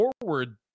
forward